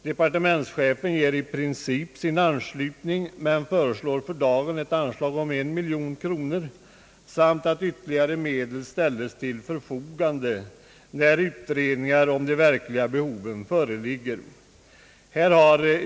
Departementschefen ger i princip sin anslutning men föreslår för dagen ett anslag på 1 miljon kronor samt ytterligare medel när utredningar om de verkliga behoven föreligger.